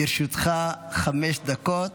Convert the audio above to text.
לרשותך חמש דקות.